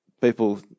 People